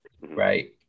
right